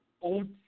old